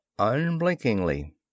unblinkingly